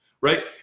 right